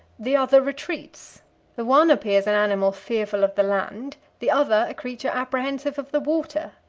the other retreats the one appears an animal fearful of the land, the other a creature apprehensive of the water.